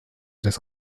des